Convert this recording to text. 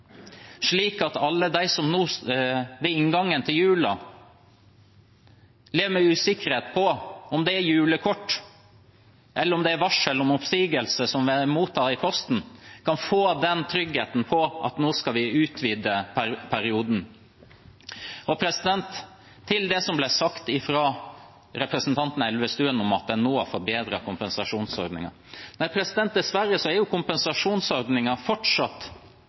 slik at alle de som ved inngangen til julen lever med usikkerhet for om det er julekort eller varsel om oppsigelse de mottar i posten, kan få tryggheten for at vi nå skal utvide perioden. Til det som ble sagt fra representanten Elvestuen om at en har forbedret kompensasjonsordningen: Nei, dessverre har kompensasjonsordningen fortsatt de samme svakhetene som tidligere. For eksempel er